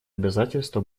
обязательства